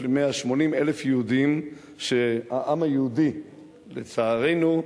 120,000 ל-180,000 יהודים שהעם היהודי לצערנו,